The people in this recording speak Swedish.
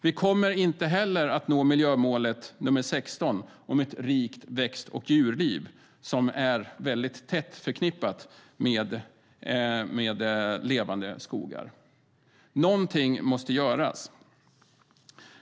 Vi kommer inte heller att nå miljömål nr 16 Ett rikt växt och djurliv, vilket är väldigt tätt förknippat med Levande skogar. Någonting måste göras!